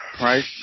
right